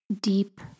deep